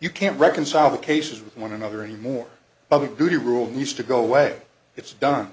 you can't reconcile the cases with one another anymore public duty rule needs to go away it's done